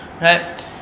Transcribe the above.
right